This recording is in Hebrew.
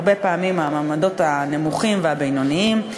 הרבה פעמים מהמעמדות הנמוכים והבינוניים,